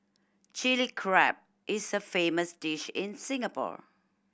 Chilli Crab is a famous dish in Singapore